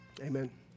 amen